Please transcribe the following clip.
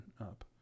up